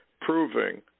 proving